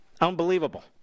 Unbelievable